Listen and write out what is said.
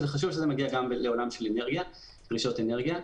חשוב שזה מגיע גם לעולם של דרישות אנרגיה.